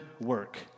work